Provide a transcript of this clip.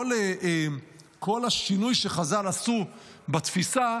כל השינוי שחז"ל עשו בתפיסה,